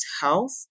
health